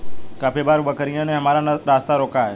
काफी बार बकरियों ने हमारा रास्ता रोका है